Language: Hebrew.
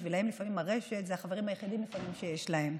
בשבילם לפעמים הרשת זה החברים היחידים שיש להם,